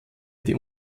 die